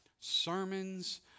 sermons